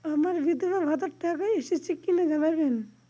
আমার বিধবাভাতার টাকা এসেছে কিনা জানাবেন?